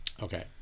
Okay